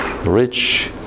rich